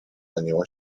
anioła